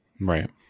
right